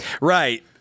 Right